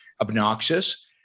obnoxious